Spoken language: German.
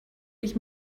ich